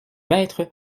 maître